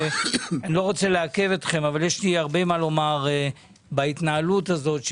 אני לא רוצה לעכב אתכם אבל יש לי הרבה מה לומר על ההתנהלות הזאת.